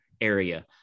area